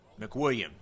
McWilliam